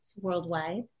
worldwide